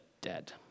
dead